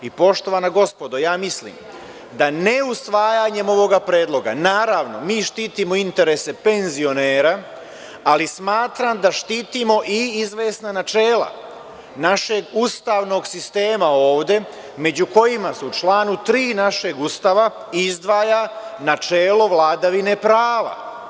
Poštovana gospodo, mislim da ne usvajanjem ovoga predloga, naravno mi štitimo interese penzionera, ali smatram da štitimo i izvesna načela našeg ustavnog sistema ovde, među kojima se u članu 3. našeg Ustava izdvaja načelo vladavine prava.